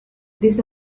this